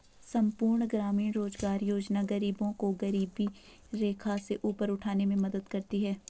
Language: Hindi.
संपूर्ण ग्रामीण रोजगार योजना गरीबों को गरीबी रेखा से ऊपर उठाने में मदद करता है